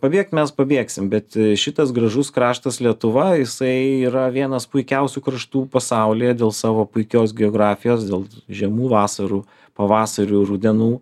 pabėk mes pabėgsim bet šitas gražus kraštas lietuva jisai yra vienas puikiausių kraštų pasaulyje dėl savo puikios geografijos dėl žemų vasarų pavasarių rudenų